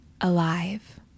alive